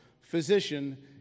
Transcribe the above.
Physician